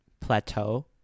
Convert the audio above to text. plateau